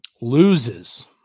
loses